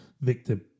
victim